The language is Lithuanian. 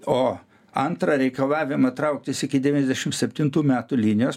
o antrą reikalavimą trauktis iki devyniasdešim septintų metų linijos